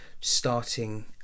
starting